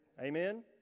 amen